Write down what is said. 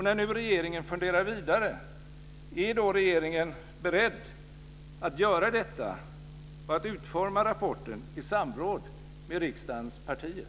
När nu regeringen funderar vidare, är då regeringen beredd att göra detta och att utforma rapporten i samråd med riksdagens partier?